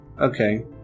Okay